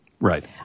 Right